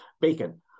bacon